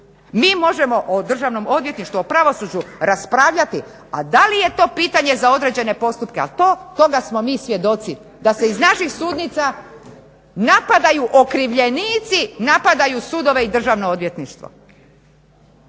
Mi možemo o Državno odvjetništvu o pravosuđu raspravljati, a da li je to pitanje za određene postupke, a to toga smo mi svjedoci da se iz naših sudnica napadaju okrivljenici napadaju sudove i Državno odvjetništvo.